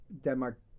Denmark